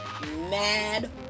mad